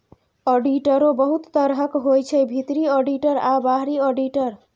आडिटरो बहुत तरहक होइ छै भीतरी आडिटर आ बाहरी आडिटर